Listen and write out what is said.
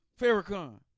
Farrakhan